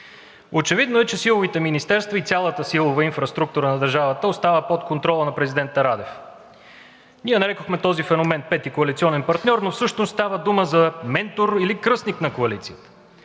Очевидно е, че силовите министерства и цялата силова инфраструктура на държавата остават под контрола на президента Радев. Ние нарекохме този феномен „пети коалиционен партньор“, но всъщност става дума за ментор или кръстник на коалицията,